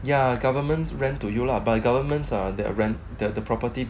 ya governments rent to you lah but governments are that rent the property